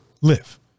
live